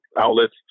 outlets